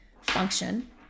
function